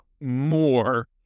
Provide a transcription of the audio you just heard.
more